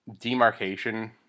demarcation